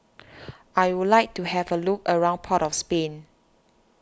I would like to have a look around Port of Spain